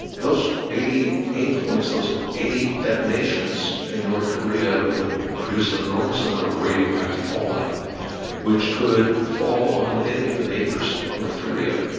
those eighty aim points, those eighty detonations in north korea would produce an enormous amount of radioactive fallout which could fall on any of the neighbours of north korea.